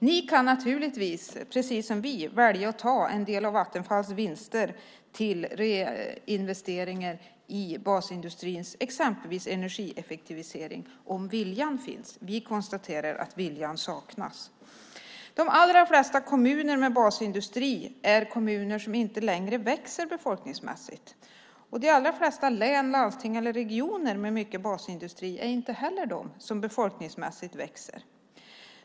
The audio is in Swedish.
Ni kan naturligtvis, precis som vi, välja att ta en del av Vattenfalls vinster till investering i exempelvis basindustrins energieffektivisering, om viljan finns. Vi konstaterar att viljan saknas. De allra flesta kommuner med basindustri är kommuner som inte längre växer befolkningsmässigt. De allra flesta län, landsting eller regioner med mycket basindustri är inte heller de som befolkningsmässigt växer.